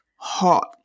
hot